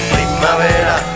Primavera